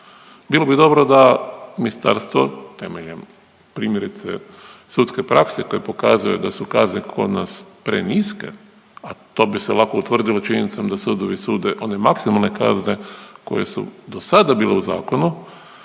Bilo bi dobro da ministarstvo temeljem primjerice sudske prakse koje pokazuju da su kazne kod nas preniske, a to bi se lako utvrdilo činjenicom da sudovi sude one maksimalne kazne koje su do sada bile u zakonu,